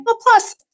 Plus